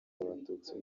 abatutsi